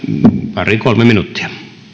pari kolme minuuttia